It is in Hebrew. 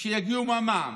שיגיעו מהמע"מ,